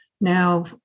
now